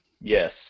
Yes